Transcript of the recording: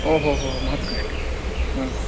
ओहो हो हो महत्कष्टं